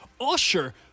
Usher